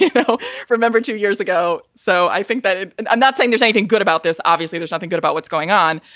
you know remember two years ago. so i think that ah and i'm not saying there's anything good about this. obviously, there's nothing good about what's going on.